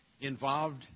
Involved